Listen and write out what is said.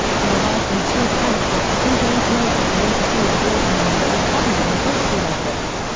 he arrived and toured halifax two days later to oversee and organize the recovery and rescue efforts.